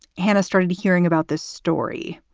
hannah started hearing about this story.